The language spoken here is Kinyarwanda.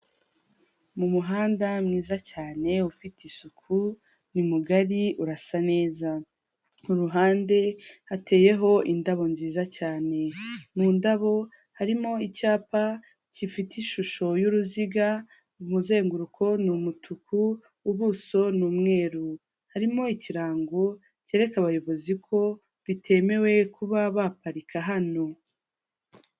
Umuhanda mwiza cyane ufite isuku, ni mugari urasa neza. Kuruhande hateyeho indabo nziza cyane. Mu ndabo harimo icyapa kifite ishusho y'uruziga umuzenguruko ni umutuku ubuso numweru. Harimo ikirango kereka abayobozi ko bitemewe kuba baparika hano.